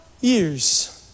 years